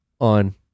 on